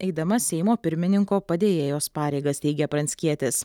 eidama seimo pirmininko padėjėjos pareigas teigia pranckietis